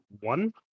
one